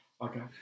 Okay